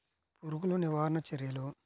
పురుగులు నివారణకు చర్యలు?